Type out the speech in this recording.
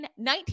19